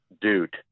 dude